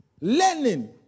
learning